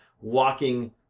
walking